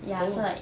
oh